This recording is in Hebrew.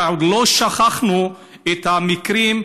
כי עוד לא שכחנו את המקרים,